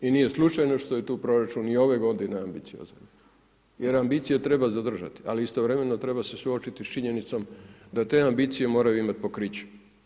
I nije slučajno što je tu proračun i ove g. ambiciozan, jer ambicije treba zadržati, ali istovremeno treba se suočiti sa činjenicom, da te ambicije moraju imati pokriće.